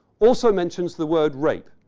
also mentions the word rape.